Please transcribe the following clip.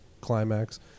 climax